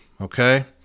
Okay